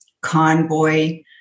convoy